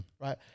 right